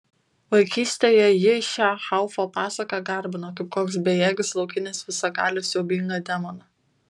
vaikystėje ji šią haufo pasaką garbino kaip koks bejėgis laukinis visagalį siaubingą demoną